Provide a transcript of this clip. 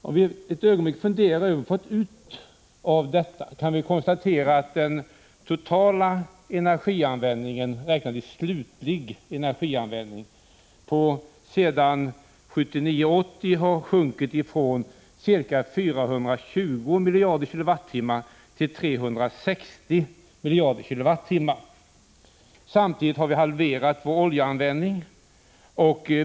Om vi ett ögonblick funderar över vad vi har fått ut av detta, kan vi konstatera att den totala energianvändningen, räknat i slutlig energianvändning, sedan 1979/80 sjunkit från ca 420 miljarder kWh till 360 miljarder kWh. Samtidigt har vår oljeanvändning halverats.